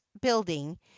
building